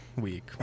Week